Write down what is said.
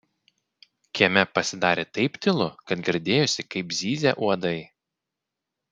kieme pasidarė taip tylu kad girdėjosi kaip zyzia uodai